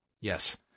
Yes